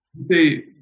say